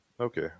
Okay